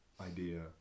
idea